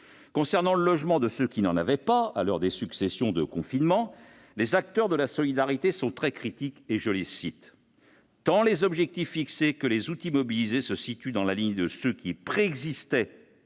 Concernant le logement de ceux qui n'en avaient pas, à l'heure des successions de confinements, les acteurs de la solidarité sont très critiques :« Tant les objectifs fixés que les outils mobilisés se situent dans la lignée de ceux qui préexistaient